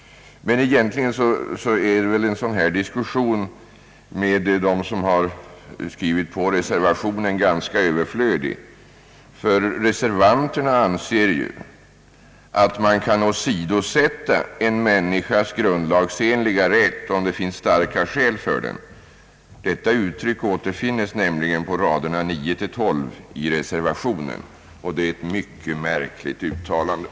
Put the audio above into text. Men egentligen är väl en sådan här diskussion med dem som skrivit på reservationen ganska överflödig, ty reservanterna anser ju att man kan åsidosätta en människas grundlagsenliga rätt, om det finns starka skäl för det. Detta uttryck återfinnes nämligen på raderna 9—12 i reservationen, och det är ett mycket märkligt uttalande.